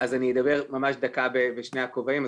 אני אדבר ממש דקה בשני הכובעים.